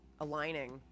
aligning